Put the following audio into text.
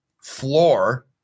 floor